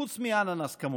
חוץ מאננס, כמובן.